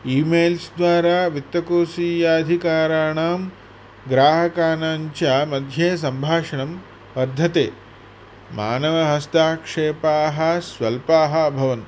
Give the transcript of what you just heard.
E मेलस् द्वारा वित्तकोशीयाधिकाराणां ग्राहकाणां च मध्ये संभाषणं पद्धते मानवहस्ताक्षेपाः स्वल्पाः अभवन्